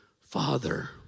father